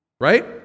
Right